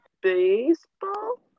baseball